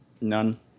None